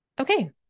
Okay